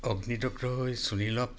অগ্নিদগ্ধ হৈ সুনীলক